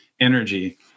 energy